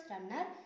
runner